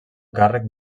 càrrec